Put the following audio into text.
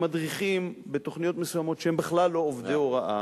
מדריכים בתוכניות מסוימות שהם בכלל לא עובדי הוראה,